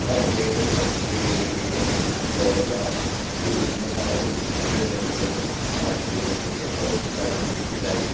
ಹಾಗೆ ಪರಿಸರಕ್ಕೆ ಬೇಕಿದ್ದ ಎಲ್ಲ ಇದನ್ನು ನಾವು ಪ್ರೇರಣೆಗಳನ್ನು ಮಾಡ್ತೇವೆ ಜನರಿಗೆ ಅವರು ಕೂಡ ಅದಕ್ಕೆ ಬೇಕಿದ್ದಾಗೆ